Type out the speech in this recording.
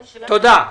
תודה.